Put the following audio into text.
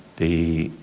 the